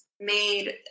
made